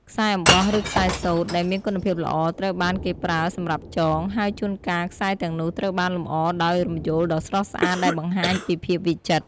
ខ្សែអំបោះ ឬខ្សែសូត្រ ដែលមានគុណភាពល្អ ត្រូវបានគេប្រើសម្រាប់ចង ហើយជួនកាលខ្សែទាំងនោះត្រូវបានលម្អដោយរំយោលដ៏ស្រស់ស្អាតដែលបង្ហាញពីភាពវិចិត្រ។